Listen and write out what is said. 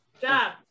job